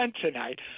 tonight